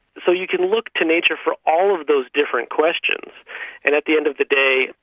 so you can look to nature for all of those different questions, and at the end of the day,